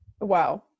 wow